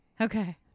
Okay